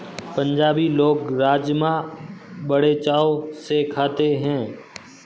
पंजाबी लोग राज़मा बड़े चाव से खाते हैं